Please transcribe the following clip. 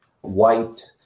white